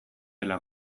dela